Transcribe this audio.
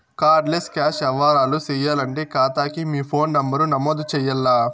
card less cash యవ్వారాలు సేయాలంటే కాతాకి మీ ఫోను నంబరు నమోదు చెయ్యాల్ల